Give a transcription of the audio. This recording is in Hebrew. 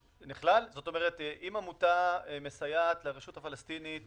זאת אומרת, אם עמותה מסייעת לרשות הפלסטינית